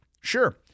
Sure